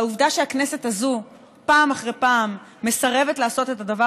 והעובדה שהכנסת הזאת פעם אחר פעם מסרבת לעשות את הדבר